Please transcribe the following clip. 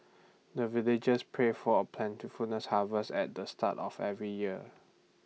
the villagers pray for plentiful harvest at the start of every year